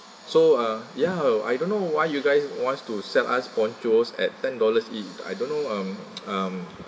so uh ya I don't know why you guys wants to sell us ponchos at ten dollars each I don't know um um